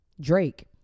Drake